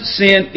sin